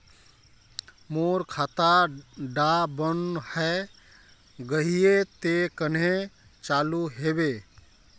मोर खाता डा बन है गहिये ते कन्हे चालू हैबे?